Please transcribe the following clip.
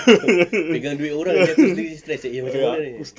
aku stress